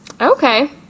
Okay